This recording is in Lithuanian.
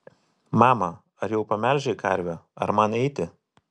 mama ar jau pamelžei karvę ar man eiti